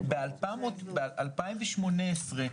ב-2008,